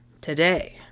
today